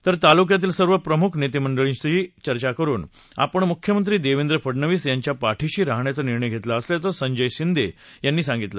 तर तालुक्यातील सर्व प्रमुख नेतेमंडळीशी चर्चा करुन आपण मुख्यमंत्री देवेंद्र फडणवीस यांच्या पाठीशी राहण्याचा निर्णय घेतला असल्याचं संजय शिंदे यांनी सांगितलं